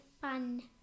fun